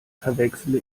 verwechsle